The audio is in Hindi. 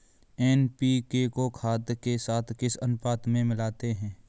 एन.पी.के को खाद के साथ किस अनुपात में मिलाते हैं?